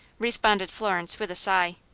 responded florence, with a sigh.